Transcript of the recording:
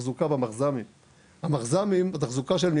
את המסחריות ואת האמינות של אסדת הגז החדשה שנכנסה,